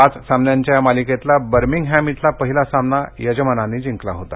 पाच सामन्यांच्या या मालिकेतला वर्मिंगहॅम इथला पहिला सामना यजमानांनी जिंकला होता